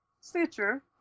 Stitcher